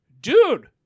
Dude